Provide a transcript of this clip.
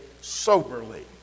soberly